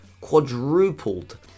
quadrupled